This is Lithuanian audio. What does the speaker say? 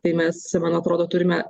tai mes man atrodo turime